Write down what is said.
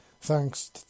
thanks